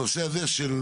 הנושא של